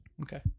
Okay